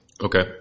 Okay